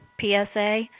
PSA